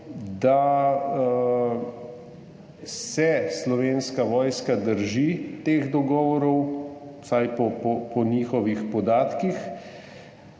da se Slovenska vojska drži teh dogovorov, vsaj po njihovih podatkih.